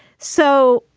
so,